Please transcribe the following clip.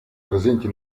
presenti